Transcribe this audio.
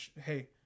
hey